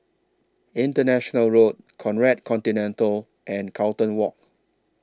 International Road Conrad Centennial and Carlton Walk